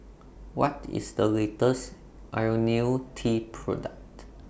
What IS The latest Ionil T Product